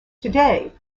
today